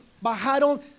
Bajaron